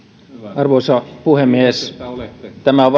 arvoisa puhemies tämä on